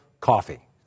coffee